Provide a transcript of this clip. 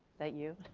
that you?